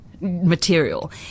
material